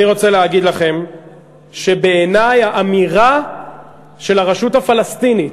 אני רוצה להגיד לכם שבעיני האמירה של הרשות הפלסטינית,